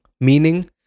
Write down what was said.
meaning